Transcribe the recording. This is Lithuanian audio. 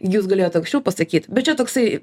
jūs galėjot anksčiau pasakyt bet čia toksai